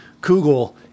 Kugel